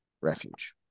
refuge